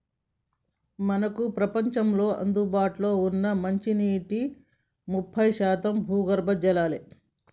మనకు ప్రపంచంలో అందుబాటులో ఉన్న మంచినీటిలో ముప్పై శాతం భూగర్భ జలాలే